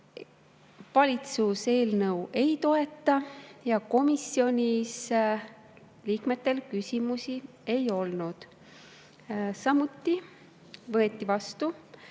Valitsus eelnõu ei toeta ja komisjoni liikmetel küsimusi ei olnud. Samuti võeti 19.